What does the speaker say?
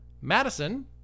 Madison